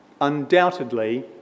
undoubtedly